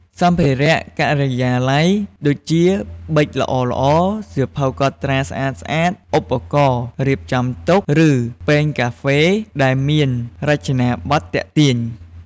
សម្ភារៈការិយាល័យ ដូចជា ប៊ិចល្អៗ សៀវភៅកត់ត្រាស្អាតៗ ឧបករណ៍រៀបចំតុ ឬ ពែងកាហ្វេ ដែលមានរចនាបថទាក់ទាញ។